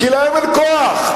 כי להם אין כוח.